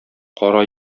кара